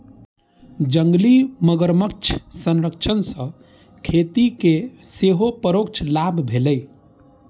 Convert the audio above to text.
जंगली मगरमच्छ संरक्षण सं खेती कें सेहो परोक्ष लाभ भेलैए